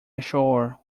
ashore